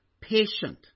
patient